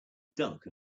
duck